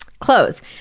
Close